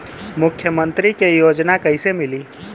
मुख्यमंत्री के योजना कइसे मिली?